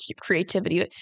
creativity